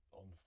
on